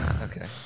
Okay